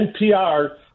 NPR